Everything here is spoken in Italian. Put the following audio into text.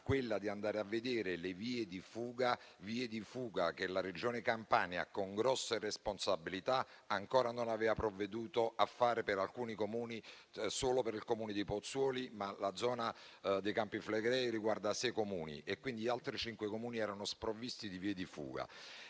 quella di andare a verificare le vie di fuga, che la Regione Campania, con grosse responsabilità, ancora non aveva provveduto a individuare per alcuni Comuni. Lo aveva fatto solo per il Comune di Pozzuoli, ma la zona dei Campi Flegrei riguarda sei Comuni, quindi altri cinque Comuni erano sprovvisti di vie di fuga.